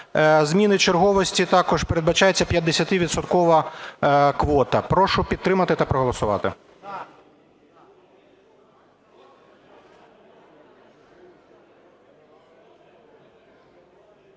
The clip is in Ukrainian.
зміни черговості також передбачається 50-відсоткова квота. Прошу підтримати та проголосувати.